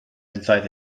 inside